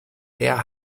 der